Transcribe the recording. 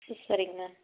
சரிங்க மேம்